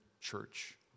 church